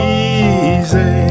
easy